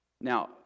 Now